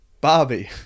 Barbie